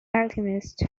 alchemist